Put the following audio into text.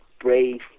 brave